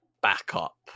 backup